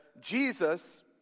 Jesus